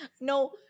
No